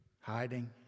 hiding